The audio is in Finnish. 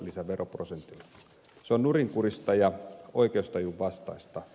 se on nurinkurista ja oikeustajun vastaista